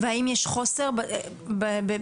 האם יש חוסר בתקנים?